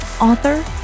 author